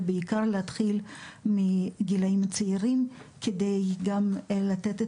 ובעיקר להתחיל מגילאים צעירים כדי לתת את